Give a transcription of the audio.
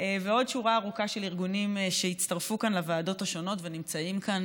ועוד שורה ארוכה של ארגונים שהצטרפו כאן לוועדות השונות ונמצאים כאן,